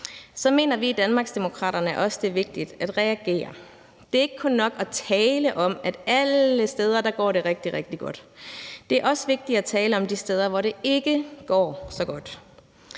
så mener vi i Danmarksdemokraterne også, at det er vigtigt at reagere. Det er ikke kun nok at tale om, at det alle steder går rigtig, rigtig godt. Det er også vigtigt at tale om de steder, hvor det ikke går så godt.